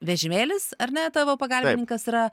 vežimėlis ar ne tavo pagalbininkas yra